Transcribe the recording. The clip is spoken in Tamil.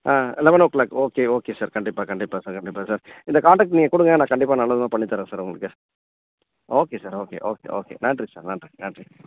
ஆ eleven o'clock okay okay sir கண்டிப்பாக கண்டிப்பாக சார் கண்டிப்பாக சார் இந்த காண்ட்ரக்ட் நீங்கள் கொடுங்க நான் கண்டிப்பாக நல்ல விதமாக பண்ணித் தர்றேன் சார் உங்களுக்கு okay sir okay okay okay நன்றி சார் நன்றி நன்றி